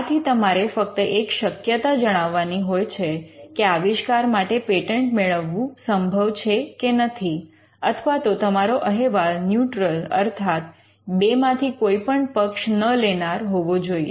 આથી તમારે ફક્ત એક શક્યતા જણાવવાની હોય છે કે આવિષ્કાર માટે પેટન્ટ મેળવવું સંભવ છે કે નથી અથવા તો તમારો અહેવાલ ન્યૂટ્રલ અર્થાત બેમાંથી કોઈ પણ પક્ષ ન લેનાર હોવો જોઈએ